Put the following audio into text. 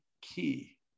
key